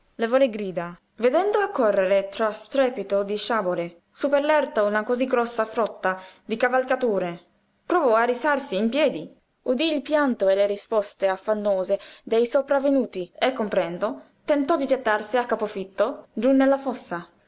le grida vedendo accorrere tra strepito di sciabole sú per l'erta una cosí grossa frotta di cavalcature provò a rizzarsi in piedi udí il pianto e le risposte affannose dei sopravvenuti e comprendendo tentò di gettarsi a capofitto giú nella fossa